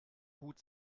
hut